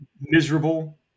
miserable